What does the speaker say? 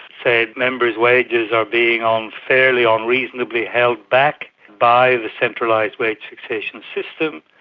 saying members' wages are being ah unfairly, unreasonably held back by the centralised wage fixation system,